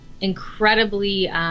incredibly